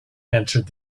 answered